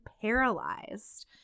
paralyzed